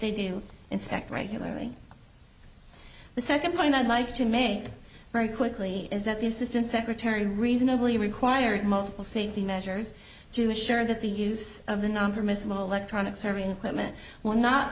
they do inspect regularly the second point i'd like to made very quickly is that the assistant secretary reasonably required multiple safety measures to assure that the use of the non permissive electronic serving equipment will not